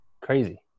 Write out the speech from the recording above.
crazy